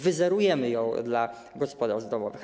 Wyzerujemy ją dla gospodarstw domowych.